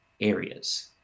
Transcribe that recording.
areas